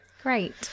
Great